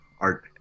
art